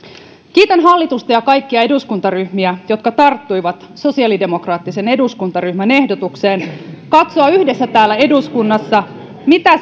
kiitän hallitusta ja kaikkia eduskuntaryhmiä jotka tarttuivat sosiaalidemokraattisen eduskuntaryhmän ehdotukseen katsoa yhdessä täällä eduskunnassa mitä